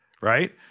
right